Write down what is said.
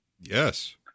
Yes